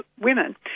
women